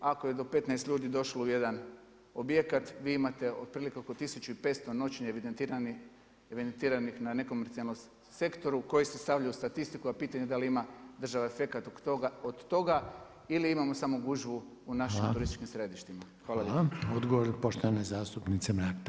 Ako je do 15 ljudi došlo u jedan objekat vi imate otprilike oko 1500 noćenja evidentiranih na nekomercijalnom sektoru koji se stavlja u statistiku, a pitanje da li ima država efekat od toga ili imamo samo gužvu u našim turističkim središtima.